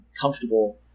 comfortable